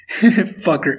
Fucker